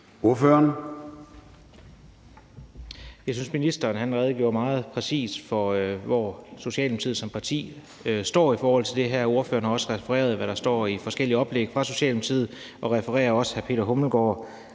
Kronborg (S): Jeg synes, ministeren redegjorde meget præcist for, hvor Socialdemokratiet som parti står i forhold til det her. Ordføreren for forslagsstillerne har også refereret, hvad der står i forskellige oplæg fra Socialdemokratiet, og citerer også hr. Peter Hummelgaard